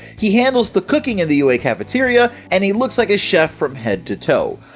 he handles the cooking in the ua cafeteria and he looks like a chef from head to toe!